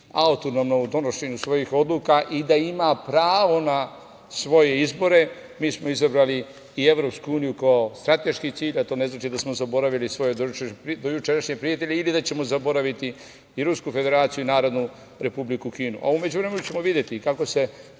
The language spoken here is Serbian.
autonomna u donošenju svojih odluka i da ima pravo na svoje izbore. Mi smo izabrali i EU kao strateški cilj, a to ne znači da smo zaboravili svoje dojučerašnje prijatelje ili da ćemo zaboraviti i Rusku Federaciju i Narodnu Republiku Kinu.U međuvremenu ćemo videti kako se